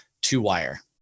two-wire